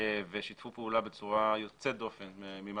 ושיתפו פעולה בצורה יוצאת דופן מזו